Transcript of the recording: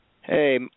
Hey